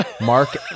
Mark